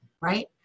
right